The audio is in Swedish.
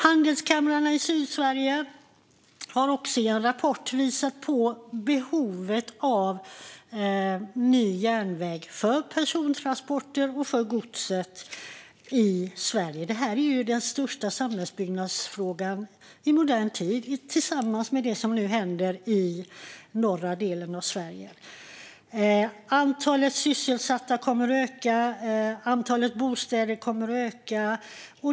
Handelskamrarna i Sydsverige har också i en rapport visat på behovet av ny järnväg för persontransporter och gods i Sverige. Det här är den största samhällsbyggnadsfrågan i modern tid tillsammans med det som nu händer i norra delen av Sverige. Antalet sysselsatta kommer att öka, och antalet bostäder kommer att öka.